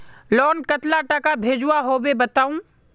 Loan कतला टाका भेजुआ होबे बताउ?